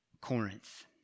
Corinth